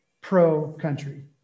pro-country